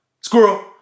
Squirrel